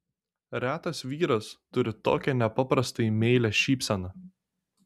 retas vyras turi tokią nepaprastai meilią šypseną